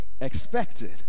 expected